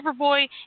Superboy